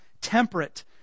temperate